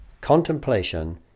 Contemplation